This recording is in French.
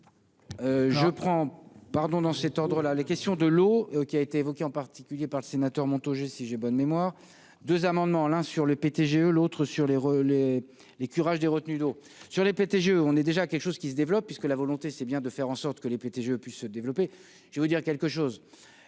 Je prends pardon dans cet ordre là les questions de l'eau qui a été évoqué en particulier par le sénateur Montaugé si j'ai bonne mémoire 2 amendements, l'un sur le eu l'autre sur les les les curage des retenues d'eau sur les pété je on est déjà quelque chose qui se développe puisque la volonté, c'est bien de faire en sorte que les petites je puisse se développer, je vous dire quelque chose,